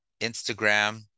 Instagram